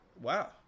Wow